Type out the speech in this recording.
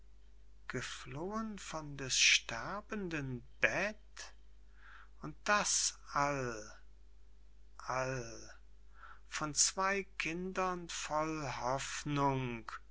geflohen von des sterbenden bett und das all all von zwey kindern voll hoffnung